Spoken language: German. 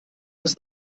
das